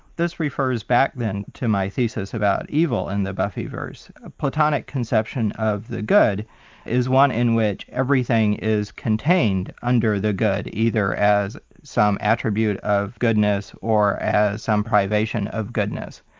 this refers back then to my thesis about evil, and the buffyverse. a platonic conception of the good is one in which everything is contained under the good, either as some attribute of goodness or as some privation of goodness.